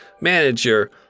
manager